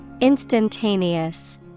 Instantaneous